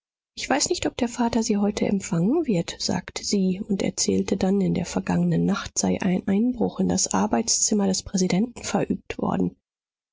ich weiß nicht ob der vater sie heute empfangen wird sagte sie und erzählte dann in der vergangenen nacht sei ein einbruch in das arbeitszimmer des präsidenten verübt worden